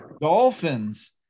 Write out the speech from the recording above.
Dolphins